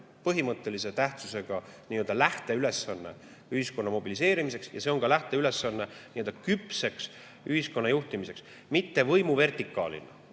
põhimõttelise tähtsusega lähteülesanne ühiskonna mobiliseerimiseks ja see on ka lähteülesanne küpseks ühiskonna juhtimiseks, mitte võimuvertikaalina.